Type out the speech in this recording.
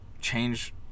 change